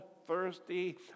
thirsty